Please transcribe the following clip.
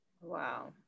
Wow